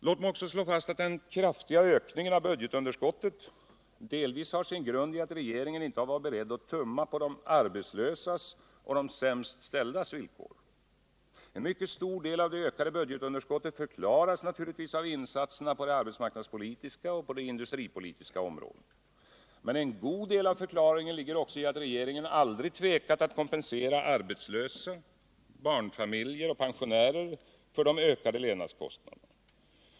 Låt mig också slå fast att den kraftiga ökningen av budgetunderskottet delvis har sin grund i att regeringen inte har varit beredd att tumma på de arbetslösas och de sämst ställdas villkor. En mycket stor del av det ökade budgetunderskottet förklaras givetvis av insatserna på det arbetsmarknadspolitiska och industripolitiska området. Men en god del av förklaringen ligger också i att regeringen aldrig tvekat att kompensera arbetslösa, barnfamiljer och pensionärer för de ökade levnadskostnaderna.